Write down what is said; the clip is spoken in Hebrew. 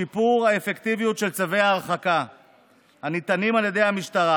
שיפור האפקטיביות של צווי ההרחקה הניתנים על ידי המשטרה